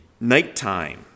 nighttime